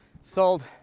Sold